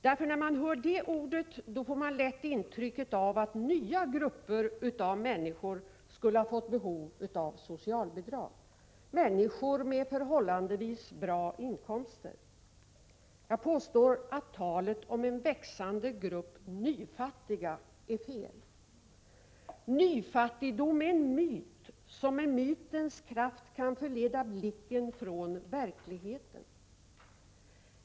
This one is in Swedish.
När man hör det ordet får man nämligen lätt intrycket att nya grupper av människor skulle ha fått behov av socialbidrag, människor med förhållandevis goda inkomster. Jag påstår att talet om en växande grupp nyfattiga är felaktigt. Nyfattigdom är en myt som med mytens kraft kan leda blicken från verkligheten.